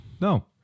No